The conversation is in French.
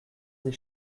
dès